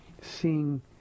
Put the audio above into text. seeing